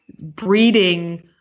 breeding